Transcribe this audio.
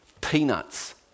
peanuts